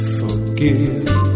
forgive